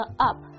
up